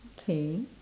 okay